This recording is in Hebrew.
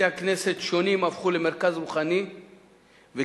בתי-הכנסת השונים הפכו למרכז רוחני וקהילתי